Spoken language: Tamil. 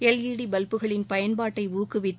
எல்ஈடி பல்புகளின் பயன்பாட்டை ஊக்குவித்து